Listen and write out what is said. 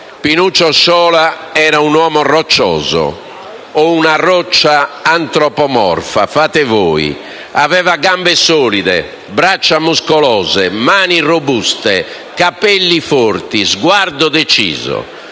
«Pinuccio Sciola era un uomo roccioso. O una roccia antropomorfa, fate voi. Aveva gambe solide, braccia muscolose, mani robuste, capelli forti, sguardo deciso.